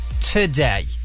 today